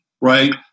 right